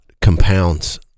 compounds